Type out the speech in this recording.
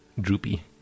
droopy